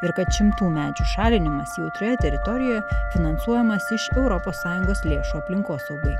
ir kad šimtų medžių šalinimas jautrioje teritorijoje finansuojamas iš europos sąjungos lėšų aplinkosaugai